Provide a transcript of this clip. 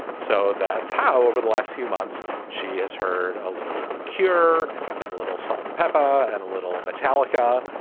so that's how over the last few months she has heard a little cure and a little salt and pepper and a little metallica.